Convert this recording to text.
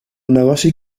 negoci